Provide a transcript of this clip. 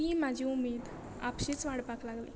ती म्हजी उमेद आपशींच वाडपाक लागली